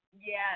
Yes